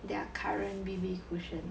their current B_B cushion